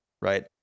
right